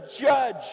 judge